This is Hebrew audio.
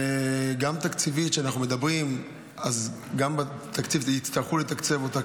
וגם תקציבית, בתקציב יצטרכו לתקצב אותה.